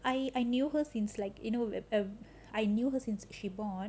I I knew her since like you know err I knew her since she born